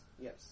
yes